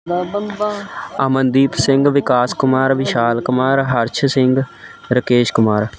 Amandeep Singh Vikas Kumar Vishal Kumar Harsh Singh Rakesh Kumar